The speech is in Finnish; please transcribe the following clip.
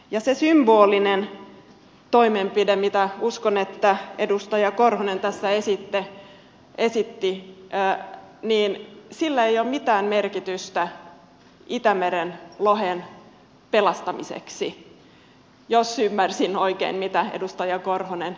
ja sillä symbolisella toimenpiteellä mitä uskon että edustaja korhonen tässä esitti ei ole mitään merkitystä itämeren lohen pelastamiseksi jos ymmärsin oikein mitä edustaja korhonen esitti